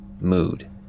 mood